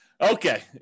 Okay